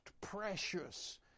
precious